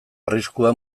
arriskua